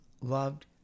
loved